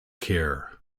care